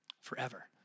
forever